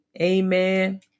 amen